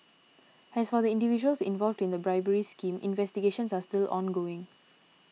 as for the individuals involved in the bribery scheme investigations are still ongoing